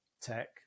tech